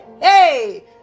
Hey